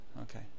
okay